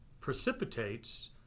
precipitates